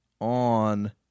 on